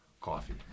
coffee